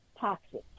toxic